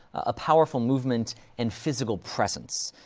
a powerful movement and physical presence,